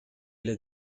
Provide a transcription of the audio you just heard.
las